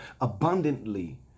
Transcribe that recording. abundantly